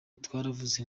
twaravuze